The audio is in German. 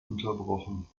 unterbrochen